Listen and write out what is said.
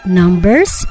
numbers